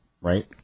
right